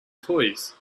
toys